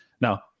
Now